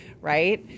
Right